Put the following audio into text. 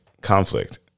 conflict